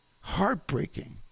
heartbreaking